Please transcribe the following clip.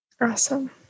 awesome